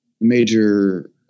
major